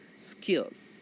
skills